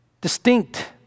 distinct